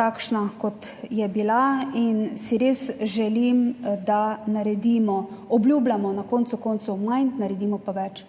takšna kot je bila in si res želim, da naredimo, obljubljamo, na koncu koncev manj, naredimo pa več.